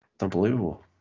Unbelievable